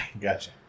gotcha